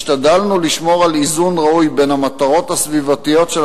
השתדלנו לשמור על איזון ראוי בין המטרות הסביבתיות של